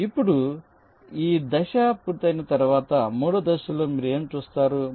ఇప్పుడు ఈ దశ పూర్తయిన తర్వాత మూడవ దశలో మీరు ఏమి చేస్తారు